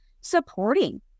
supporting